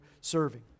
serving